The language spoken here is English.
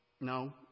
No